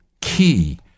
key